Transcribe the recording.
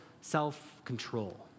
self-control